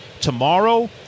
tomorrow